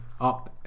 up